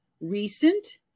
recent